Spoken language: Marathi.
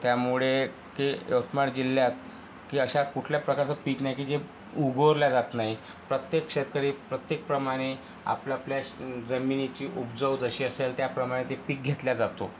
त्यामुळे की यवतमाळ जिल्ह्यात की अशा कुठल्या प्रकारचं पीक नाही की जे उगवल्या जात नाही प्रत्येक शेतकरी प्रत्येक प्रमाणे आपल्याआपल्या जमिनीची उपजाऊ जशी असेल त्या प्रमाणे ते पीक घेतल्या जातो